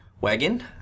wagon